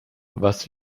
was